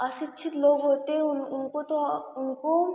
अशिक्षित लोग होते हैं उन उनको तो उनको